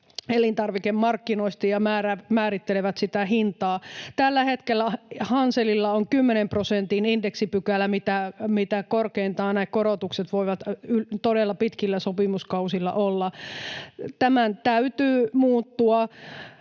elintarvikemarkkinoista ja määrittelevät sitä hintaa. Tällä hetkellä Hanselilla on kymmenen prosentin indeksipykälä, minkä verran korkeintaan ne korotukset voivat todella pitkillä sopimuskausilla olla. Tämän täytyy muuttua,